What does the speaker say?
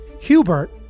Hubert